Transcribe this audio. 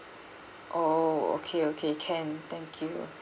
oh okay okay can thank you